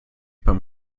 beim